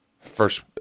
First